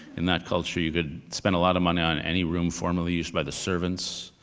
in that culture, you could spend a lot of money on any room formerly used by the servants,